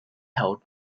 held